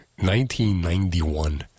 1991